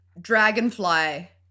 Dragonfly